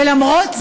ולמרות זאת,